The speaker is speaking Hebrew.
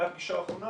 מאז הפגישה האחרונה